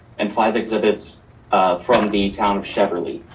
and five exhibits from the town of cheverly.